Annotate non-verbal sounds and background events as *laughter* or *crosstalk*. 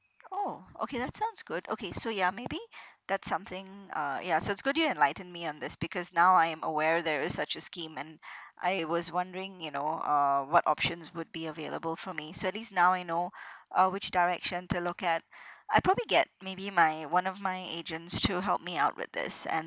oh okay that sounds good okay so ya maybe that's something uh ya so it's good you enlightened me on this because now I am aware there is such a scheme and *breath* I was wondering you know uh what options would be available for me so at least now I know uh which direction to look at I'll probably get maybe my one of my agents to help me out with this and